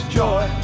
joy